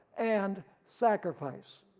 and sacrifice.